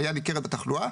עלייה ניכרת בתחלואה,